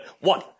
One